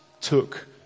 took